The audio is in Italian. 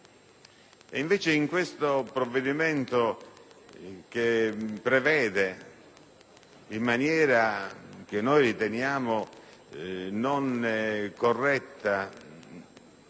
Invece, con questo provvedimento si prevede, in maniera che riteniamo non corretta,